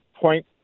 point